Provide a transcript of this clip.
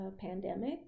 pandemic